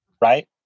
right